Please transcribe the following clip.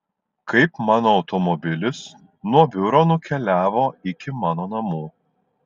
kaip mano automobilis nuo biuro nukeliavo iki mano namų